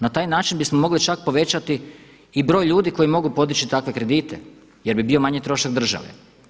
Na taj način bismo mogli čak povećati i broj ljudi koji mogu podići takve kredite jer bi bio manji trošak države.